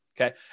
okay